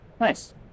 Nice